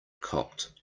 cocked